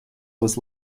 was